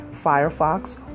Firefox